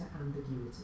ambiguity